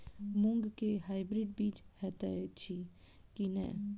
मूँग केँ हाइब्रिड बीज हएत अछि की नै?